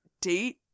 date